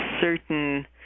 certain